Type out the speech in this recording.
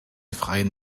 freien